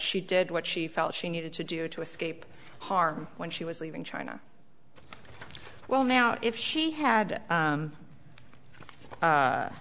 she did what she felt she needed to do to escape harm when she was leaving china well now if she had